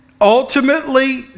ultimately